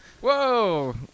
Whoa